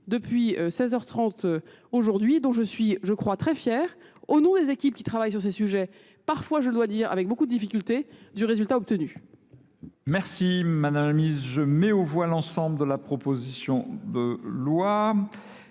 depuis 16h30 aujourd'hui dont je suis je crois très fière. Au nom des équipes qui travaillent sur ces sujets, parfois je dois dire avec beaucoup de difficultés, du résultat obtenu. Merci madame la ministre, je mets au voie l'ensemble de la proposition de loi